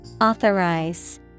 Authorize